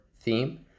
theme